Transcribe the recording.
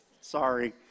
Sorry